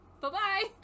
Bye-bye